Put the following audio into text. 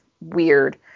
weird